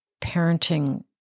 parenting